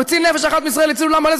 המציל נפש אחת מישראל הציל עולם מלא,